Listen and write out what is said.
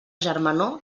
germanor